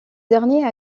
dernier